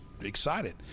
excited